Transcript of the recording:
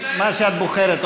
מה שאת בוחרת,